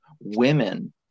women